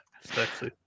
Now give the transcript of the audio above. Sexy